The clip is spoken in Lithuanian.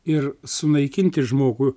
ir sunaikinti žmogų